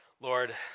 Lord